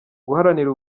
guharanira